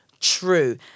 true